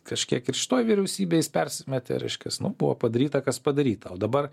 kažkiek ir šitoj vyriausybėj jis persimetė reiškias nu buvo padaryta kas padaryta o dabar